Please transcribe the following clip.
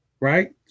right